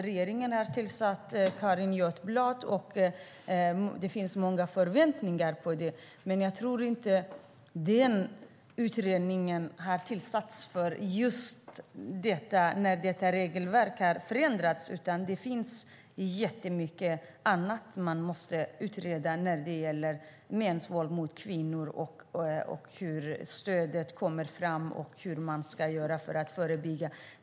Regeringen har tillsatt Carin Götblad och det finns många förväntningar på detta, men jag tror inte att den utredningen tillsattes just för att detta regelverk har förändrats. Det finns jättemycket annat man måste utreda när det gäller mäns våld mot kvinnor, hur stödet kommer fram och hur man ska göra för att förebygga.